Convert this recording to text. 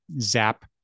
zap